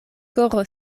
koro